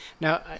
Now